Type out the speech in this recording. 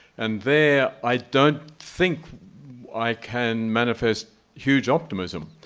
and there, i don't think i can manifest huge optimism.